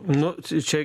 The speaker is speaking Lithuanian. nu čia